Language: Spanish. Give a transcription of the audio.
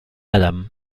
adam